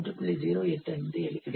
0857 கிடைக்கும்